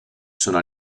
sono